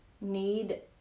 need